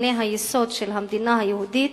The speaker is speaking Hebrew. מאבני היסוד של המדינה היהודית,